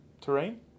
terrain